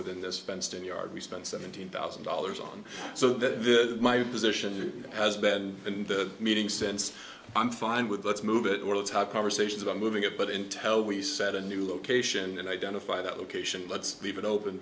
within this fenced in yard we spend seventeen thousand dollars on so that my position has been in the meeting since i'm fine with let's move it conversations about moving it but intel we set a new location and identify that location let's leave it open